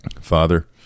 father